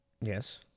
yes